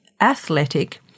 athletic